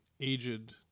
aged